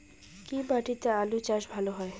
কি মাটিতে আলু চাষ ভালো হয়?